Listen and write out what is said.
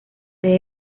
sede